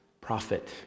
Prophet